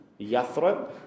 Yathrib